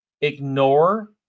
ignore